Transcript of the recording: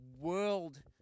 World